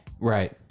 Right